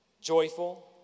Joyful